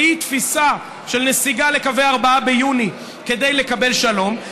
שהיא תפיסה של נסיגה לקווי 4 ביוני כדי לקבל שלום,